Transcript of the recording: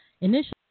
Initially